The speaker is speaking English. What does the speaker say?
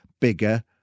bigger